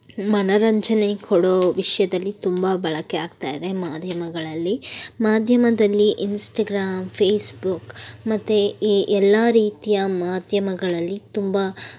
ಮನರಂಜನೆ ಕೊಡೋ ವಿಷಯದಲ್ಲಿ ತುಂಬ ಬಳಕೆ ಆಗ್ತಾಯಿದೆ ಮಾಧ್ಯಮಗಳಲ್ಲಿ ಮಾಧ್ಯಮದಲ್ಲಿ ಇನ್ಸ್ಟಗ್ರಾಮ್ ಫೇಸ್ಬುಕ್ ಮತ್ತು ಈ ಎಲ್ಲ ರೀತಿಯ ಮಾಧ್ಯಮಗಳಲ್ಲಿ ತುಂಬ